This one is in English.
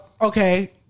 okay